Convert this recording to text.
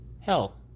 Hell